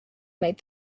made